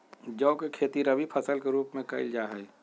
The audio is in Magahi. जौ के खेती रवि फसल के रूप में कइल जा हई